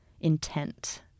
intent